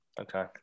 okay